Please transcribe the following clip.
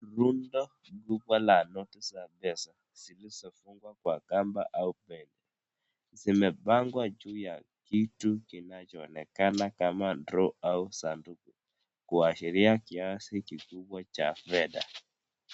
Bunda kubwa la noti za pesa zilizofungwa kwa kamba au peg .Zimepangwa kwenye kitu kinachoonekana kama drower ama sanduku. Kuashiria kiasi kikubwa sana cha fedha.